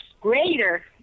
greater